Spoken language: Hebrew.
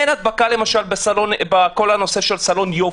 אין הדבקה, למשל, בכל הנושא של סלון יופי.